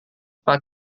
pak